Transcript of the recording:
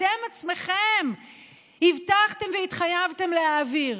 ממה שאתם עצמכם הבטחתם והתחייבתם להעביר.